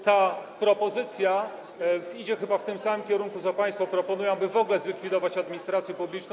Ta propozycja idzie chyba w tym samym kierunku, jaki państwo proponują, aby w ogóle zlikwidować administrację publiczną.